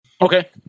Okay